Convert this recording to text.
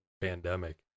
pandemic